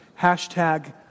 hashtag